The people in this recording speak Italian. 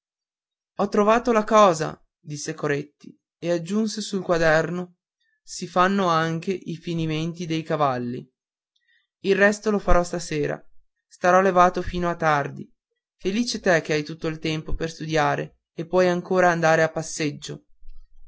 ho trovato la cosa disse coretti e aggiunse sul quaderno si fanno anche i finimenti dei cavalli il resto lo farò stasera starò levato fino a più tardi felice te che hai tutto il tempo per studiare e puoi ancora andare a passeggio